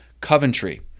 Coventry